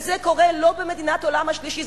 וזה קורה לא במדינת עולם שלישי,